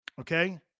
Okay